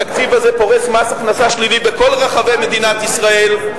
התקציב הזה פורס מס הכנסה שלילי בכל רחבי מדינת ישראל,